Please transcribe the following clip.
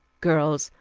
girls,